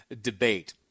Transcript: debate